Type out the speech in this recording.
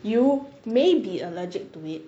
you may be allergic to it